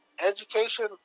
education